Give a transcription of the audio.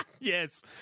Yes